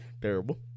Terrible